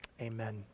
Amen